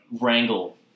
wrangle